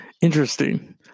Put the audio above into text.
interesting